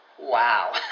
wow